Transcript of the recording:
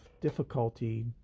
difficulty